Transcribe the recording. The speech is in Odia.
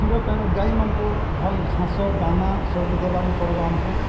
କ୍ଷୀର ପାଇଁ ଗାଈମାନଙ୍କୁ ଭଲ୍ ଘାସ ଦାନା ସବୁ ଦେବାର୍ କେ ପଡ଼୍ବା ଆମ୍କୁ